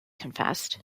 confessed